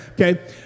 Okay